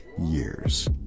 years